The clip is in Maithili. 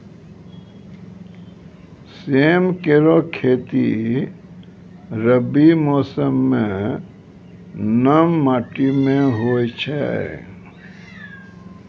सेम केरो खेती रबी मौसम म नम माटी में होय छै